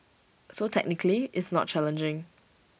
so technically it's not challenging